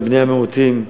בבני המיעוטים,